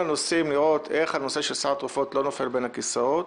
ולראות איך נושא סל הבריאות לא נופל בין הכיסאות